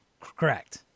Correct